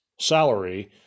salary